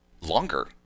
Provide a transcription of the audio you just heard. longer